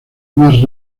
más